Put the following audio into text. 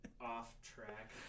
off-track